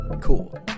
cool